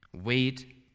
wait